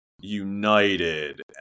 United